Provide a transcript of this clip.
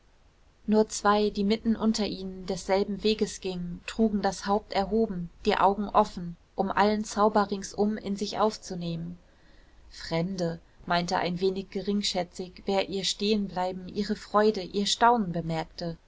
nur zwei die mitten unter ihnen desselben weges gingen trugen das haupt erhoben die augen offen um allen zauber ringsum in sich aufzunehmen fremde meinte ein wenig geringschätzig wer ihr stehenbleiben ihre freude ihr staunen bemerkte